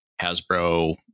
Hasbro